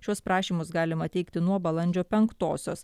šiuos prašymus galima teikti nuo balandžio penktosios